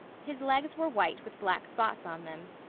his legs were white with black spots on them.